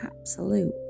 absolute